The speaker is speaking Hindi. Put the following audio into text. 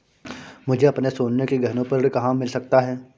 मुझे अपने सोने के गहनों पर ऋण कहाँ मिल सकता है?